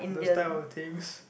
those type of things